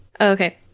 Okay